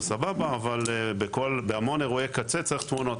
טוב אבל בהמון אירועי קצה צריך תמונות.